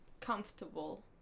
comfortable